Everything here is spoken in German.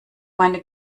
meine